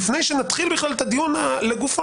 לפני שנתחיל בכלל את הדיון לגופו,